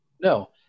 No